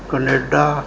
Canada